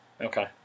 Okay